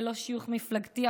ללא שיוך מפלגתי,